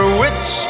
witch